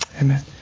amen